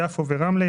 יפו ורמלה.